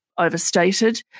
overstated